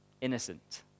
innocent